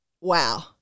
wow